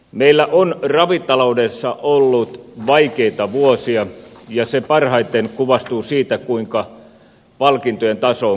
meillä on ravitaloudessa ollut vaikeita vuosia ja se parhaiten kuvastuu siitä kuinka palkintojen taso on kehittynyt